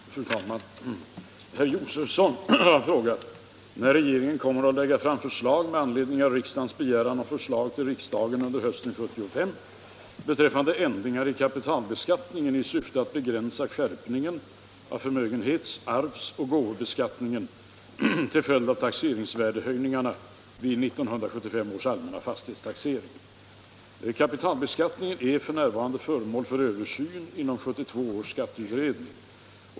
Fru talman! Herr Josefson har frågat när regeringen kommer att lägga fram förslag med anledning av riksdagens begäran om förslag till riksdagen under hösten 1975 beträffande ändringar i kapitalbeskattningen i syfte att begränsa skärpningen av förmögenhets-, arvsoch gåvobeskattningen till följd av taxeringsvärdehöjningarna vid 1975 års allmänna fastighetstaxering. Kapitalbeskattningen är f. n. föremål för översyn inom 1972 års skatteutredning.